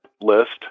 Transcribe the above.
list